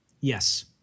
Yes